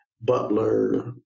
Butler